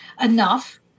enough